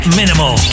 minimal